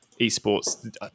esports